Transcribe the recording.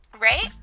right